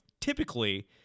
typically